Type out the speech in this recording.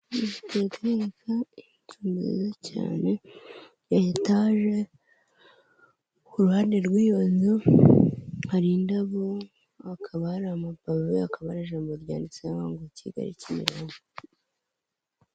Inzu nziza cyane yaitage ku ruhande rw'iyo nzu haridabo akaba hari amababi we akaba arijambo ryanditseho ngo Kigali Kimironko.